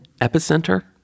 epicenter